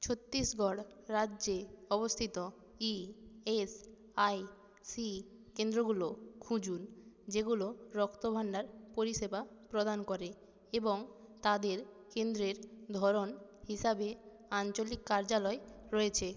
ছত্তিশগড় রাজ্যে অবস্থিত E S I C কেন্দ্রগুলো খুঁজুন যেগুলো রক্তভাণ্ডার পরিষেবা প্রদান করে এবং তাদের কেন্দ্রের ধরন হিসাবে আঞ্চলিক কার্যালয় রয়েছে